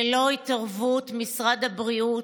ללא התערבות משרד הבריאות,